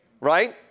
right